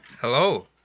Hello